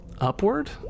upward